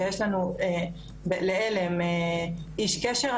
שיש לנו לעל"ם איש קשר,